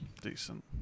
Decent